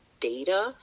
data